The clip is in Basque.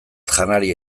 janaria